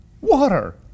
water